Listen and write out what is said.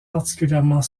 particulièrement